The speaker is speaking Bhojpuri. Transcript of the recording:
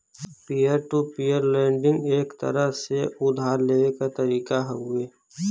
पीयर टू पीयर लेंडिंग एक तरह से उधार लेवे क तरीका हउवे